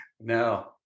no